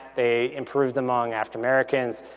they improved among african americans,